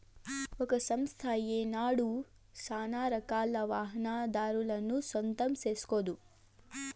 ఒక సంస్థ ఏనాడు సానారకాల వాహనాదారులను సొంతం సేస్కోదు